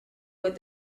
what